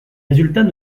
résultats